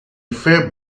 fair